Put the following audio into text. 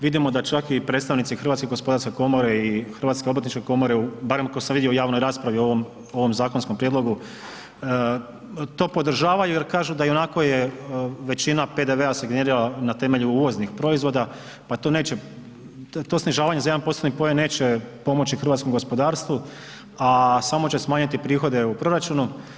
Vidimo da čak i predstavnici Hrvatske gospodarske komore i Hrvatske obrtničke komore, barem kao sam vidio u javnoj raspravi o ovom zakonskom prijedlogu to podržavaju jer kažu da ionako je većina PDV-a …/nerazumljivo/… na temelju uvoznih proizvoda pa to neće, to snižavanje za 1 postotni poen neće pomoći hrvatskom gospodarstvu, a samo će smanjiti prihode u proračunu.